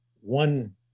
one